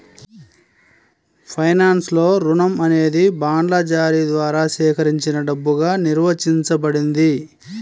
ఫైనాన్స్లో, రుణం అనేది బాండ్ల జారీ ద్వారా సేకరించిన డబ్బుగా నిర్వచించబడింది